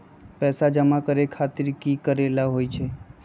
पैसा जमा करे खातीर की करेला होई?